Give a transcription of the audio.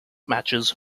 matches